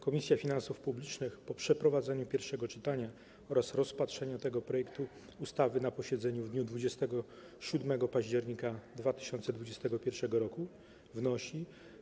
Komisja Finansów Publicznych po przeprowadzeniu pierwszego czytania oraz rozpatrzeniu tego projektu ustawy na posiedzeniu w dniu 27 października 2021 r. wnosi: